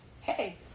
hey